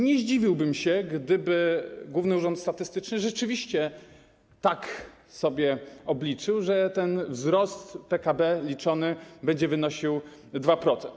Nie zdziwiłbym się, gdyby Główny Urząd Statystyczny rzeczywiście tak obliczył, że ten wzrost PKB będzie wynosił 2%.